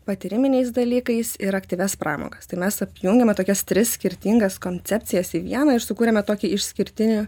patyriminiais dalykais ir aktyvias pramogas tai mes apjungėme tokias tris skirtingas koncepcijas į vieną ir sukūrėme tokį išskirtinį